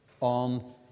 on